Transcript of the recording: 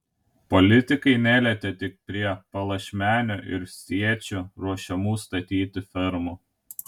politikai nelietė tik prie palašmenio ir siečių ruošiamų statyti fermų